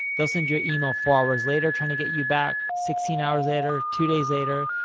they'll send you an email four hours later, trying to get you back, sixteen hours later, two days later,